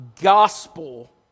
gospel